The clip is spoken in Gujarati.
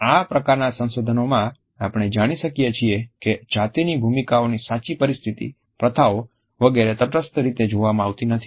આ પ્રકારના સંશોધનોમાં આપણે જાણી શકીએ છીએ કે જાતિની ભૂમિકાઓની સાચી પરિસ્થિતિ પ્રથાઓ વગેરે તટસ્થ રીતે જોવામાં આવતી નથી